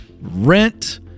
rent